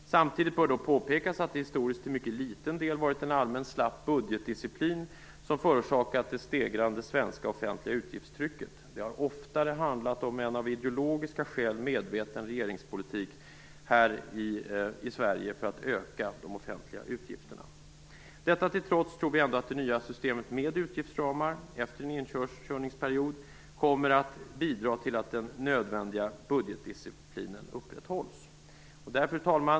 Det bör dock påpekas att det historiskt till mycket liten del varit en allmänt slapp budgetdisciplin som förorsakat det stigande svenska offentliga utgiftstrycket. Det har oftare handlat om en av ideologiska skäl medveten regeringspolitik här i Sverige för att öka de offentliga utgifterna. Detta till trots tror vi ändå att det nya systemet med utgiftsramar, efter en inkörningsperiod, kommer att bidra till att den nödvändiga budgetdisciplinen upprätthålls. Fru talman!